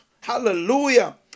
Hallelujah